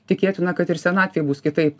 tikėtina kad ir senatvėj bus kitaip